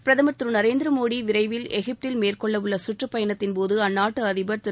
பிரதமர் திரு நரேந்திரமோடி விரைவில் எகிப்தில் மேற்கொள்ளவுள்ள சுற்றுப் பயணத்தின்போது அந்நாட்டு அதிபர் திரு